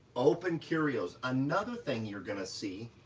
open curios, another thing you're gonna see,